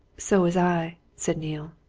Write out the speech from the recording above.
so was i, said neale.